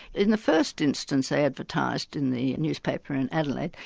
in the first instance they advertised in the newspaper in adelaide,